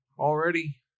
Already